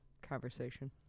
conversation